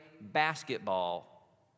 basketball